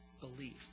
belief